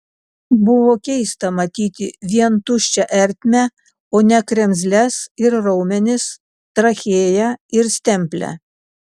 buvo keista matyti vien tuščią ertmę o ne kremzles ir raumenis trachėją ir stemplę